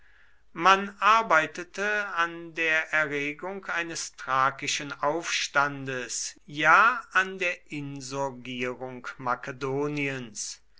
man arbeitete an der erregung eines thrakischen aufstandes ja an der insurgierung makedoniens